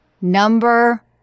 number